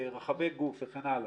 רחבי גוף וכן הלאה.